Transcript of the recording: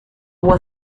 was